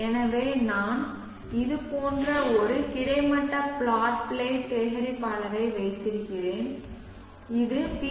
எனவே நான் இது போன்ற ஒரு கிடைமட்ட பிளாட் பிளேட் சேகரிப்பாளரை வைத்திருக்கிறேன் இது பி